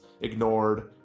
ignored